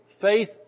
Faith